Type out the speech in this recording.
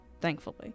thankfully